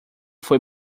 foi